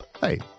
Hey